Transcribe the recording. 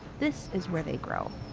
this is where they grow.